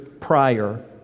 prior